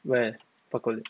where tell kun